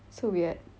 so weird